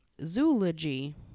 Zoology